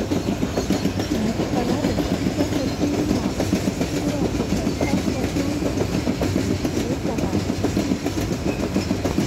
Mofo salady no tiako a satria iny mahavoky kokoa raha hatao sakafo atoandro mihoatra amin'ny hoe salady fotsiny